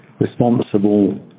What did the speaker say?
responsible